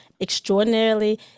extraordinarily